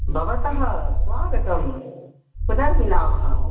भवतः स्वागतं पुनर्मिलामः